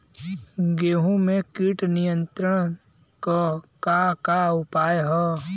गेहूँ में कीट नियंत्रण क का का उपाय ह?